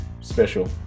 special